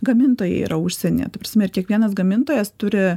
gamintojai yra užsienyje ta prasme ir kiekvienas gamintojas turi